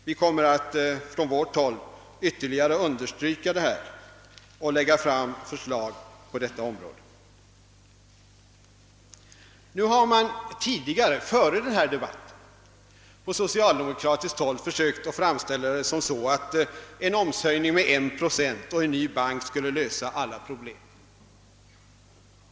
Vi kommer att ytterligare understryka vikten av satsning på forskning och utveckling och presentera förslag. Före denna debatt har man på socialdemokratiskt håll försökt framställa situationen så, att en höjning av omsättningsskatten med 1 procent och inrättandet av en ny bank skulle lösa alla problem.